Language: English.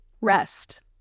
Rest